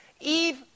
Eve